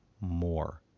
more